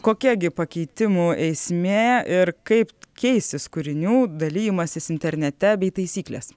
kokia gi pakeitimų esmė ir kaip keisis kūrinių dalijimasis internete bei taisyklės